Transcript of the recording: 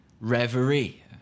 reverie